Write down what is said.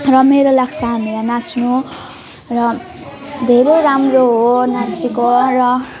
रमाइलो लाग्छ हामीलाई नाच्नु र धेरै राम्रो हो नाचेको र